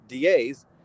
DAs